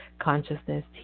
consciousness